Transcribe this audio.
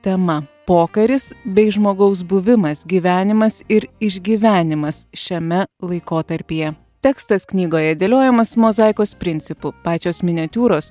tema pokaris bei žmogaus buvimas gyvenimas ir išgyvenimas šiame laikotarpyje tekstas knygoje dėliojamas mozaikos principu pačios miniatiūros